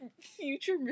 future